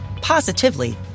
positively